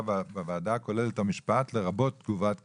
בוועדה הכולל את המשפט 'לרבות תגובת קרב',